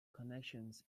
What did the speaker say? connections